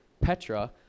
petra